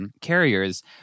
carriers